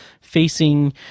facing